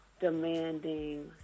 demanding